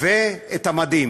ואת המדים.